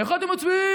איך אתם מצביעים,